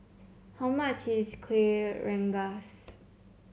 how much is Kueh Rengas